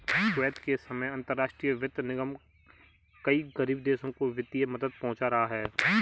Kuwait के समय अंतरराष्ट्रीय वित्त निगम कई गरीब देशों को वित्तीय मदद पहुंचा रहा है